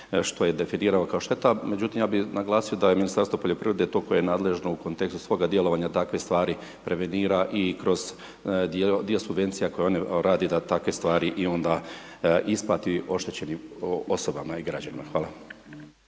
što je definirano kao šteta, međutim, ja bi naglasio da je Ministarstvo poljoprivrede, toliko je nadležno u kontekstu svoga djelovanja takve stvari, prevenira i kroz dio subvencija koje ona radi, da takve stvari onda isplati oštećenim osobama i građanima. Hvala.